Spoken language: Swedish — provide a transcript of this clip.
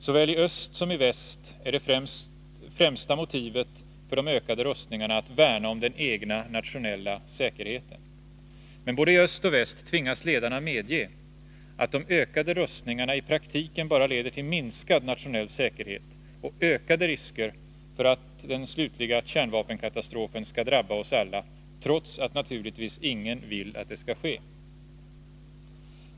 Såväl i öst som i väst är det främsta motivet för de ökade rustningarna att värna om den egna nationella säkerheten. Men i både öst och väst tvingas ledarna medge att de ökade rustningarna i praktiken bara leder till minskad nationell säkerhet och ökade risker för att den slutliga kärnvapenkatastrofen skall drabba oss alla —- trots att naturligtvis ingen vill att det skall ske.